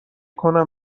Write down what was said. کنم